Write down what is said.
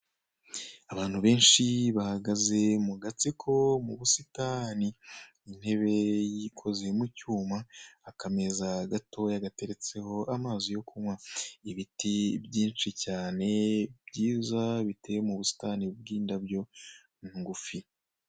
Abantu benshi bahagaze mu gatsiko mu busitani, intebe yo ikoze mu cyuma akameza gatoya gateretseho amazi yo kunywa, ibiti byinshi cyane byiza biteye mu busitani bw'indabyo ngufi.